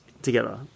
Together